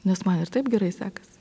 nes man ir taip gerai sekasi